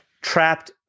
trapped